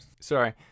Sorry